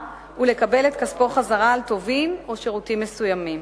ולקבל את כספו בחזרה על טובין או שירותים מסוימים.